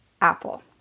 Apple